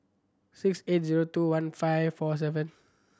six eight zero two one five four seven